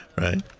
Right